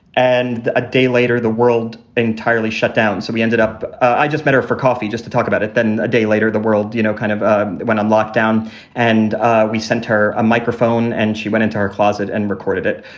and a day later, the world entirely shut down. so we ended up i just met her for coffee just to talk about it. then a day later, the world you know kind of ah went on lockdown and we sent her a microphone and she went into our closet and recorded it.